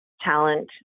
talent